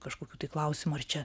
kažkokių tai klausimų ar čia